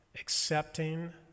Accepting